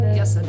Yes